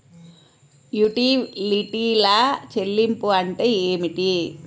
యుటిలిటీల చెల్లింపు అంటే ఏమిటి?